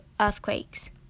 earthquakes